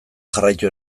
jarraitu